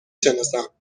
شناسم